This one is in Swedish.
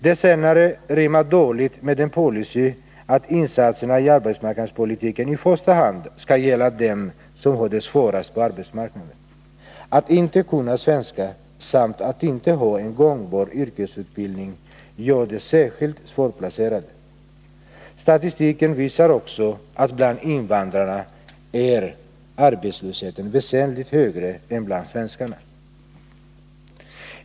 Det senare rimmar dåligt med policyn att insatserna i arbetsmarknadspolitiken i första hand skall gälla dem som har det svårast på arbetsmarknaden. Att inte kunna svenska samt att inte ha en gångbar yrkesutbildning gör dem särskilt svårplacerade. Statistiken visar också att bland invandrarna är arbetslösheten väsentligt högre än bland svenskarna.